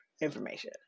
information